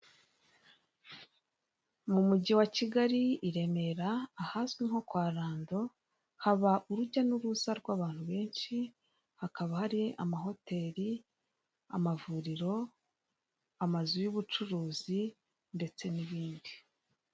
Mu mugi wa Kigali i Remere ahazwi nko Kwarando haba urujya n'uruza rw'abantu benshi, hakaba hari amahoteri, amavuriro, amazu y'ubucuruzi ndetse n'ibindi.